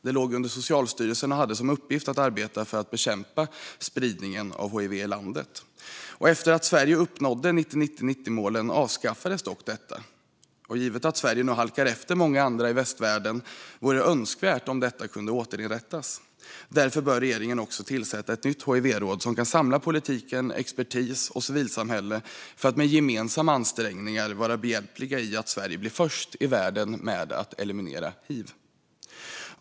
Det låg under Socialstyrelsen och hade som uppgift att arbeta för att bekämpa spridningen av hiv i landet. Efter att Sverige uppnådde 909090-målen avskaffades dock detta. Givet att Sverige nu halkar efter många andra i västvärlden vore det önskvärt att detta kunde återinrättas. Därför bör regeringen tillsätta ett nytt hivråd som kan samla politiken, expertis och civilsamhälle för att med gemensamma ansträngningar vara behjälpliga när det gäller att Sverige ska bli först i världen med att eliminera hiv.